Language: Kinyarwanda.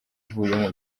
ivuyemo